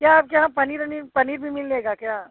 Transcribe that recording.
क्या आपके यहाँ पनीर उनीर पनीर भी मिलेगा क्या